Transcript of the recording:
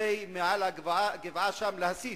מעל הגבעה שם, כדי להסית.